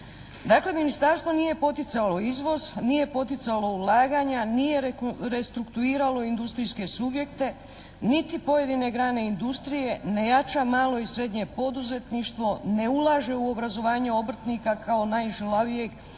Dakle, ministarstvo nije poticalo izvoz, nije poticalo ulaganja, nije restrukturiralo industrijske subjekte niti pojedine grane industrije, ne jača malo i srednje poduzetništvo, ne ulaže u obrazovanje obrtnika kao najžilavijeg